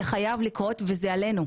זה חייב לקרות וזה עלינו.